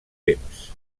temps